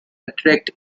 attract